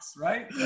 right